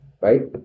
right